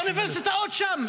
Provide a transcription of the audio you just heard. באוניברסיטאות שם.